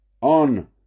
on